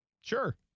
Sure